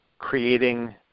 creating